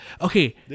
Okay